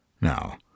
Now